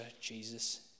Jesus